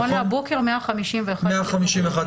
נכון להבוקר 151,000 מבודדים.